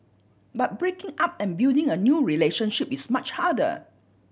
but breaking up and building a new relationship is much harder